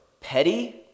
petty